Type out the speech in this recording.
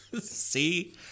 See